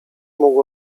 mógł